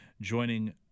joining